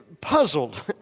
puzzled